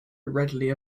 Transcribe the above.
readily